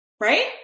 right